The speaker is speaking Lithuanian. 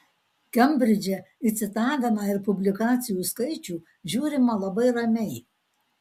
kembridže į citavimą ir publikacijų skaičių žiūrima labai ramiai